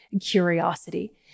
curiosity